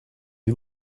you